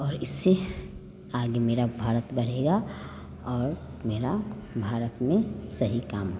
और इससे आगे मेरा भारत बढ़ेगा और मेरा भारत में सही काम होगा